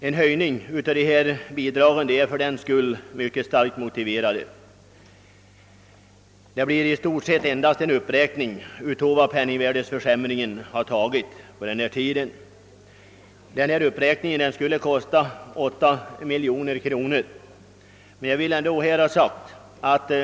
En höjning av dessa bidrag är därför mycket starkt motiverad. Det föreslås nu i stort sett endast en uppräkning motsvarande den penningvärdeförsämring som förekommit. Denna uppräkning skulle medföra en kostnadsökning på 8 miljoner kronor.